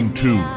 two